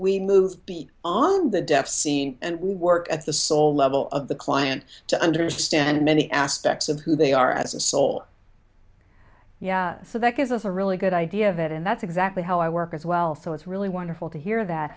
we move be on the death scene and we work at the soul level of the client to understand many aspects of who they are as a soul yeah so that gives us a really good idea of it and that's exactly how i work as well so it's really wonderful to hear that